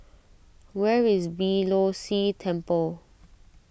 where is Beeh Low See Temple